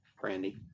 Brandy